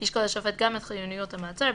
ישקול השופט גם את חיוניות המעצר,